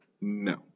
No